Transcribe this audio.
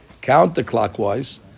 counterclockwise